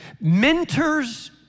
mentors